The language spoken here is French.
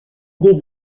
des